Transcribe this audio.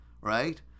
right